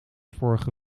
vorige